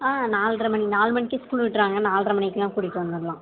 ஆ நால்ரை மணி நாலு மணிக்கு ஸ்கூல் விட்டுருவாங்க நால்ரை மணிக்கெல்லாம் கூட்டிகிட்டு வந்துடுலாம்